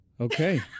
Okay